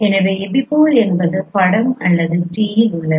எனவே எபிபோல் என்பது படம் வலது t ல் உள்ளது